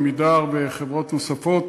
"עמידר" וחברות נוספות.